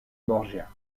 borgia